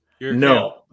No